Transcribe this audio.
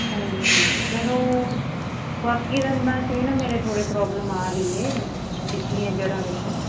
ਹਾਂਜੀ ਹਾਂਜੀ ਸਰ ਉਹ ਬਾਕੀ ਦੰਦਾਂ 'ਚ ਵੀ ਨਾ ਮੇਰੇ ਥੋੜ੍ਹੇ ਪ੍ਰੋਬਲਮ ਆ ਰਹੀ ਹੈ ਪਿਛਲੀਆਂ ਜੜ੍ਹਾਂ ਵਿੱਚ